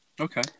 Okay